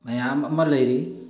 ꯃꯌꯥꯝ ꯑꯃ ꯂꯩꯔꯤ